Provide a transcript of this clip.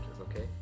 okay